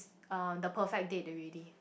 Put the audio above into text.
uh the perfect date already